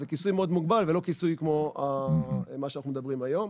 זה כיסוי מאוד מוגבל ולא כיסוי כמו מה שאנחנו מדברים היום.